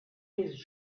his